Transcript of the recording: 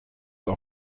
are